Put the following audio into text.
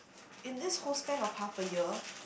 in this whole span of half a year